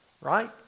Right